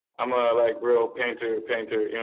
i'm a like real painter painter. you